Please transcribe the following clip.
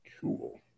Cool